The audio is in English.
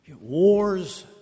Wars